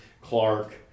Clark